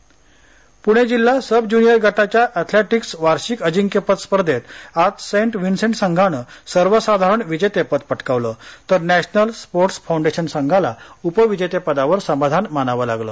athletics Pune जिल्हा sub junior गटाच्या athletics वार्षिक अजिंक्यपद स्पर्धेत आज सेंट व्हीन्सेंट संघानं सर्वसाधारण विजेतेपद पटकावलं तर नॅशनल स्पोर्टस फाउंडेशन संघाला उपविजेतेपदावर समाधान मानावं लागलं